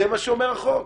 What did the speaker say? זה מה שאומר החוק.